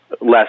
less